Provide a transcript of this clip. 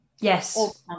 Yes